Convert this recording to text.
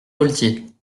gaultier